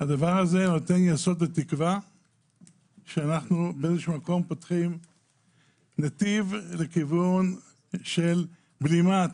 הדבר הזה נותן לי יסוד ותקווה כשאנחנו פותחים נתיב לכיוון של בלימת